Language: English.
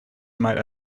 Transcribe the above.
might